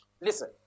Listen